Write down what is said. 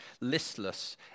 listless